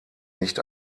nicht